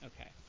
Okay